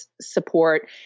support